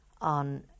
on